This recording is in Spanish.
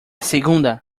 segunda